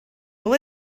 will